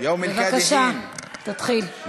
בבקשה, תתחיל.